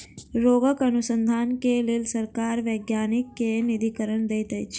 रोगक अनुसन्धान के लेल सरकार वैज्ञानिक के निधिकरण दैत अछि